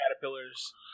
caterpillars